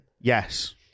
yes